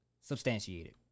substantiated